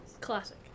Classic